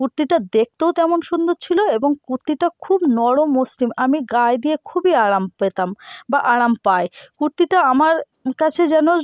কুর্তিটা দেখতেও তেমন সুন্দর ছিলো এবং কুত্তিটা খুব নরম মসৃম আমি গায়ে দিয়ে খুবই আরাম পেতাম বা আরাম পায় কুর্তিটা আমার কাছে যেন